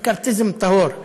מקרתיזם טהור,